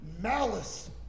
malice